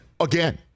Again